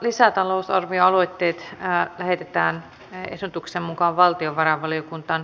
lisätalousarvioaloitteet lähetetään ehdotuksen mukaan valtiovarainvaliokuntaan